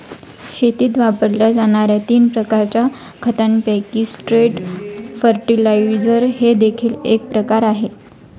शेतीत वापरल्या जाणार्या तीन प्रकारच्या खतांपैकी स्ट्रेट फर्टिलाइजर हे देखील एक प्रकार आहे